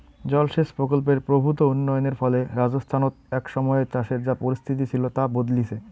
জলসেচ প্রকল্পের প্রভূত উন্নয়নের ফলে রাজস্থানত এক সময়ে চাষের যা পরিস্থিতি ছিল তা বদলিচে